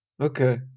okay